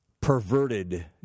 perverted